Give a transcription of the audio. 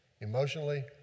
emotionally